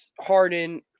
Harden